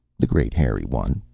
the great hairy one,